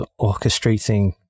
orchestrating